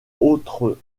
autres